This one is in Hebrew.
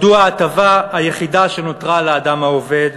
מדוע ההטבה היחידה שנותרה לאדם העובד,